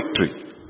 victory